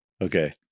okay